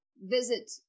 visit